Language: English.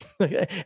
Okay